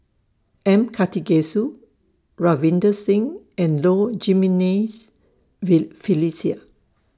M Karthigesu Ravinder Singh and Low Jimenez V Felicia